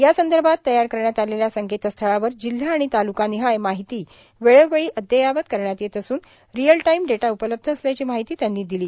या संदर्भात तयार करण्यात आलेल्या संकेतस्थळावर जिल्हा आणि तालुकानिहाय माहिती वेळोवेळी अद्ययावत करण्यात येत असून रिअल टाईम डेटा उपलब्ध असल्याची माहिती त्यांनी दिली